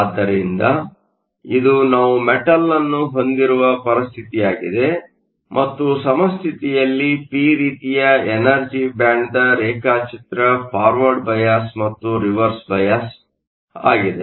ಆದ್ದರಿಂದ ಇದು ನಾವು ಮೆಟಲ್ ಅನ್ನು ಹೊಂದಿರುವ ಪರಿಸ್ಥಿತಿಯಾಗಿದೆ ಮತ್ತು ಸಮಸ್ಥಿತಿಯಲ್ಲಿ ಪಿ ರೀತಿಯ ಎನರ್ಜಿ ಬ್ಯಾಂಡ್ನ ರೇಖಾಚಿತ್ರ ಫಾರ್ವರ್ಡ್ ಬಯಾಸ್ ಮತ್ತು ರಿವರ್ಸ್ ಬೈಅಸ್Reverse Bais ಆಗಿದೆ